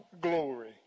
glory